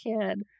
kid